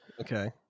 Okay